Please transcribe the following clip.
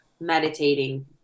meditating